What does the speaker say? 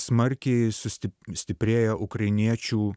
smarkiai sustip stiprėjo ukrainiečių